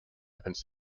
opens